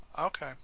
Okay